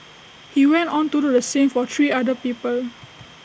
he went on to do the same for three other people